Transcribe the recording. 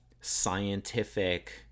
scientific